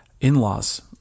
in-laws